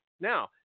now